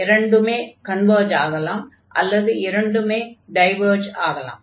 இரண்டுமே கன்வர்ஜ் ஆகலாம் அல்லது இரண்டுமே டைவர்ஜ் ஆகலாம்